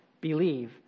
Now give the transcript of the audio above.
believe